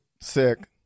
sick